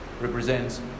represents